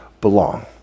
belong